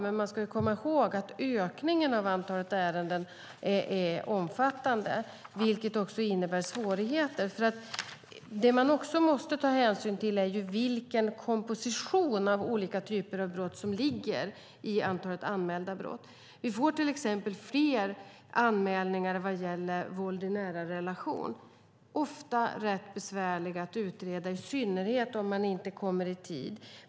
Man ska dock komma ihåg att ökningen av antalet ärenden är omfattande, vilket innebär svårigheter. Man måste nämligen också ta hänsyn till vilken komposition av olika typer av brott som ligger i antalet anmälda brott. Vi får till exempel fler anmälningar vad gäller våld i nära relationer, som ofta är rätt besvärligt att utreda, i synnerhet om man inte kommer i tid.